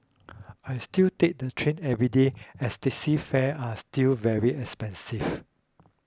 I still take the train every day as taxi fare are still very expensive